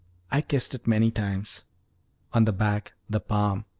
i kissed it many times on the back, the palm,